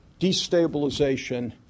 destabilization